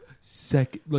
second